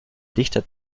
dichter